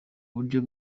buryo